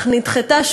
אך נדחתה,